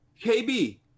KB